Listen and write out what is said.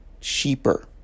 cheaper